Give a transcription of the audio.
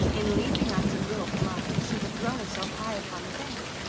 in leaping after little flies she had thrown herself high upon the bank,